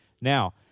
Now